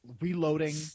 reloading